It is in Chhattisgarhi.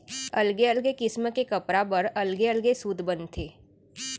अलगे अलगे किसम के कपड़ा बर अलगे अलग सूत बनथे